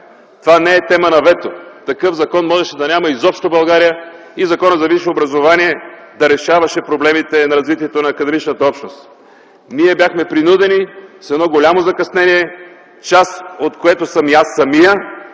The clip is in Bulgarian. Това не е тема на вето, такъв закон можеше да няма изобщо България и Законът за висшето образование да решаваше проблемите на развитието на академичната общност. Ние бяхме принудени с едно голямо закъснение, част от което съм и аз самият,